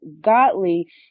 godly